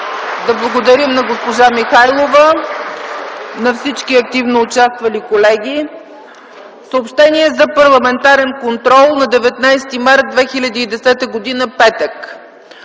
Да благодарим на госпожа Михайлова и на всички активно участвали колеги. Съобщение за парламентарния контрол на 19 март 2010 г., петък: